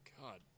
God